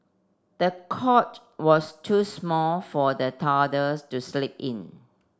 the cot was too small for the toddlers to sleep in